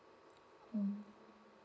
mm